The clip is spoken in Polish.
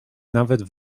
nawet